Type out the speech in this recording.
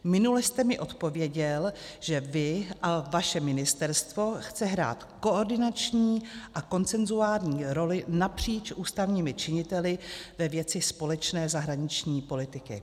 Minule jste mi odpověděl, že vy a vaše ministerstvo chce hrát koordinační a konsenzuální roli napříč ústavními činiteli ve věci společné zahraniční politiky.